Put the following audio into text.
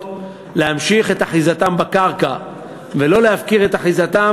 להמשיך את אחיזתם בקרקע ולא להפקיר את אחיזתם